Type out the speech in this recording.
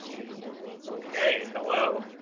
okay. hello.